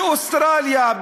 באוסטרליה,